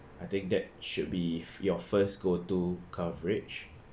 I think that should be your first go to coverage